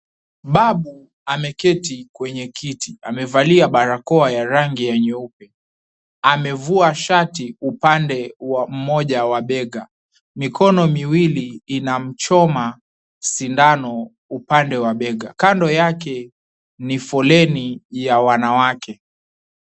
Babu ameketi kwenye kiti, amevalia barakoa ya rangi ya nyeupe. Amevua shati upande mmoja wa bega. Mikono miwili inamchoma sindano upande wa bega. Kando yake ni foleni ya wanawake.